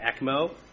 ECMO